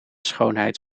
schoonheid